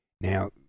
Now